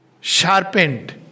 sharpened